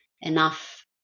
enough